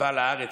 ובא לארץ.